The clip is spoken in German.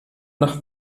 nach